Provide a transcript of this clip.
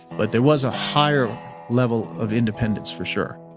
but there was a higher level of independence for sure.